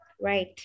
Right